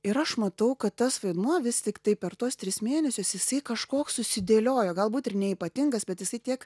ir aš matau kad tas vaidmuo vis tiktai per tuos tris mėnesius jisai kažkoks susidėliojo galbūt ir neypatingas bet jisai tiek